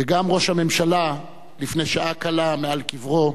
וגם ראש הממשלה לפני שעה קלה, על קברו,